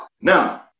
Now